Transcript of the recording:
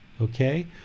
Okay